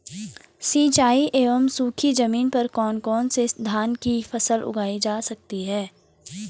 सिंचाई एवं सूखी जमीन पर कौन कौन से धान की फसल उगाई जा सकती है?